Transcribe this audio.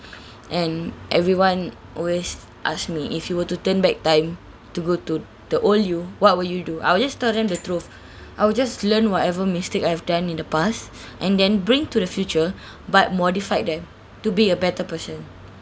and everyone always ask me if you were to turn back time to go to the old you what will you do I will just tell them the truth I will just learn whatever mistake I've done in the past and then bring to the future but modified them to be a better person